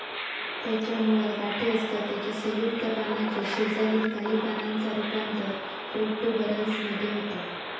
त्याच्या मुळात गाठी असतत त्याच्या संयुक्त पानाच्या शेजारील काही पानांचा रूपांतर प्रोट्युबरन्स मध्ये होता